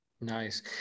nice